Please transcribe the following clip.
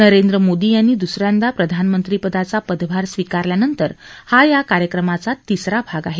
नरेंद्र मोदी यांनी द्रसऱ्यांदा प्रधानमंत्रीपदाचा पदभार स्विकारल्यानंतर हा या कार्यक्रमाचा तिसरा भाग आहे